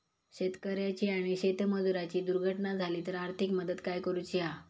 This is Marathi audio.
शेतकऱ्याची आणि शेतमजुराची दुर्घटना झाली तर आर्थिक मदत काय करूची हा?